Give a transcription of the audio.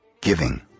giving